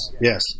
Yes